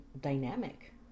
dynamic